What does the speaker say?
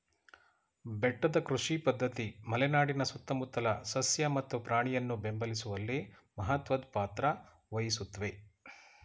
ಬೆಟ್ಟದ ಕೃಷಿ ಪದ್ಧತಿ ಮಲೆನಾಡಿನ ಸುತ್ತಮುತ್ತಲ ಸಸ್ಯ ಮತ್ತು ಪ್ರಾಣಿಯನ್ನು ಬೆಂಬಲಿಸುವಲ್ಲಿ ಮಹತ್ವದ್ ಪಾತ್ರ ವಹಿಸುತ್ವೆ